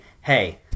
hey